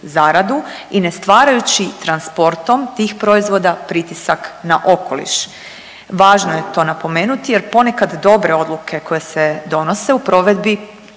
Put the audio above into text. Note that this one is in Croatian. i ne stvarajući transportom tih proizvoda pritisak na okoliš. Važno je to napomenuti jer ponekad dobre odluke koje se donose u provedbi